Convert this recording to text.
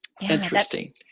Interesting